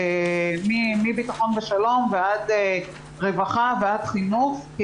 מביטחון ושלום ועד רווחה וחינוך.